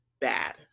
bad